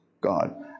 God